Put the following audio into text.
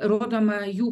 rodoma jų